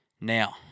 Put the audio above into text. Now